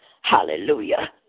Hallelujah